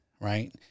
right